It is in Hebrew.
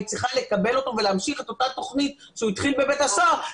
היא צריכה לקבל אותו ולהמשיך את אותה תוכנית שהוא התחיל בבית הסוהר,